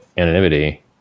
anonymity